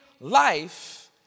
life